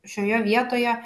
šioje vietoje